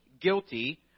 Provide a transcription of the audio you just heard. guilty